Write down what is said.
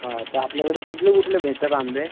हां तर आपल्याकडे कुठले कुठले भेटतात आंबे